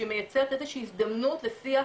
שמייצרת איזו שהיא הזדמנות לשיח,